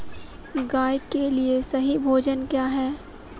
गाय के लिए सही भोजन क्या है?